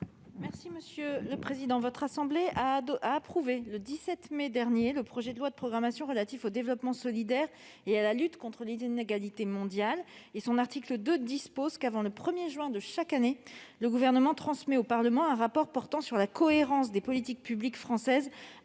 du Gouvernement ? Votre assemblée a approuvé le 17 mai dernier le projet de loi de programmation relatif au développement solidaire et à la lutte contre les inégalités mondiales. Son article 2 prévoit qu'avant le 1 juin de chaque année le Gouvernement remette au Parlement un rapport portant sur la cohérence des politiques publiques françaises